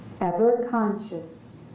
ever-conscious